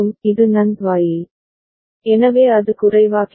இது NAND வாயில் எனவே அது குறைவாகிவிடும்